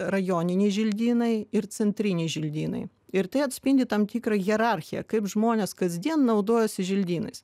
rajoniniai želdynai ir centriniai želdynai ir tai atspindi tam tikrą hierarchiją kaip žmonės kasdien naudojasi želdynais